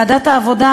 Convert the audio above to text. ועדת העבודה,